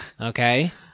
Okay